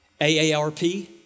aarp